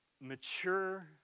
mature